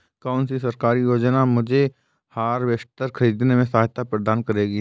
कौन सी सरकारी योजना मुझे हार्वेस्टर ख़रीदने में सहायता प्रदान करेगी?